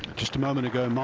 just a moment ago.